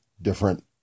different